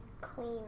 clean